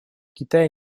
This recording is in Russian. китай